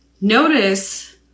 notice